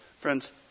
Friends